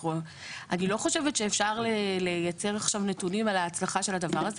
אני לא חושבת שאפשר לייצר עכשיו נתונים על ההצלחה של הדבר הזה.